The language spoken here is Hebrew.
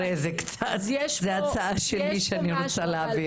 אין ספק שהנושא של העלאת המודעות,